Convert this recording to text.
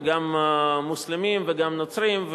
גם מוסלמים וגם נוצרים,